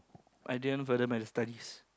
I didn't further my studies